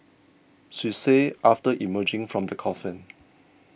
she said after emerging from the coffin